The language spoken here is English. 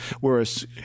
Whereas